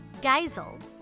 Geisel